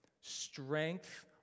Strength